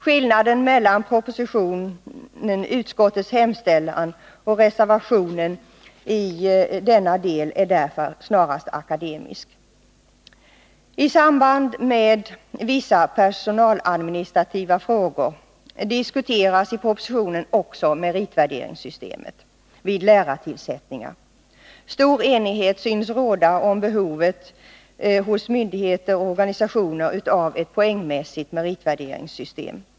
Skillnaden mellan utskottets hemställan och reservationen är i denna del därför snarast akademisk. I samband med vissa personaladministrativa frågor diskuteras i propositionen också meritvärderingssystemet vid lärartillsättningar. Stor enighet synes råda om behovet hos myndigheter och organisationer av ett poängmässigt meritvärderingssystem.